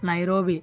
Nairobi